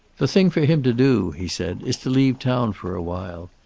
the thing for him to do, he said, is to leave town for a while.